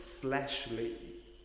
fleshly